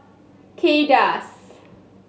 Kay Das